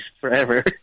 forever